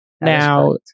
Now